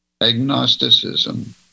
Agnosticism